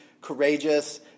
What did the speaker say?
courageous